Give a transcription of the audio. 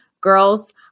girls